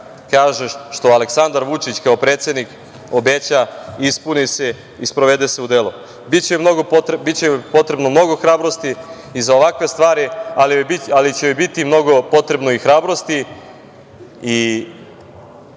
kaže, što Aleksandar Vučić predsednik obeća, ispuni se i sprovede se u delo. Biće potrebno mnogo hrabrosti i za ovakve stvari, ali će biti mnogo potrebno i hrabrosti i